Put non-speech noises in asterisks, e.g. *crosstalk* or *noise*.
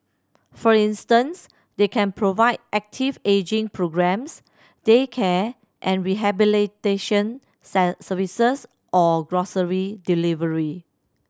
for instance they can provide active ageing programmes daycare and rehabilitation *unintelligible* services or grocery delivery